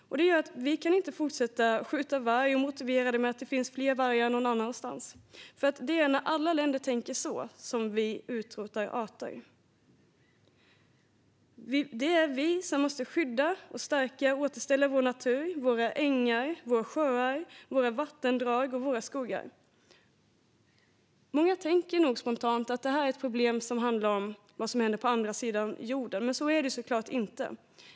Det gör att vi inte kan fortsätta skjuta varg och motivera det med att det finns fler vargar någon annanstans, för det är när alla länder tänker så som arter utrotas. Det är vi som måste skydda, stärka och återställa vår natur - våra ängar, våra sjöar, våra vattendrag och våra skogar. Många tänker nog spontant att detta är ett problem som handlar om vad som händer på andra sidan jorden, men så är det såklart inte.